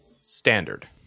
standard